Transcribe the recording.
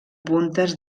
puntes